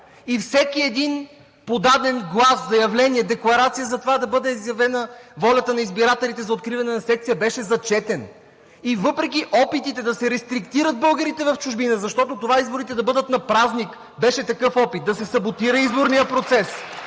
Всеки един подаден глас, заявление, декларация затова да бъде изявена волята на избирателите за откриване на секция беше зачетен. Въпреки опитите да се рестриктират българите в чужбина, защото това изборите да бъдат на празник беше такъв опит – да се саботира изборният процес.